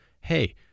hey